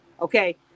okay